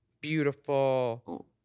Beautiful